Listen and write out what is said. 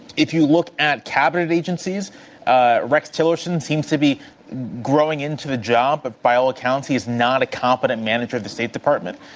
if you look at cabinet agencies ah rex tillerson seems to be growing into the job, but by all accounts, he's not a competent manager of the state department.